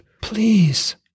please